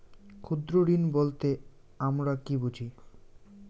ক্ষুদ্র ঋণ বলতে আমরা কি বুঝি?